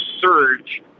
surge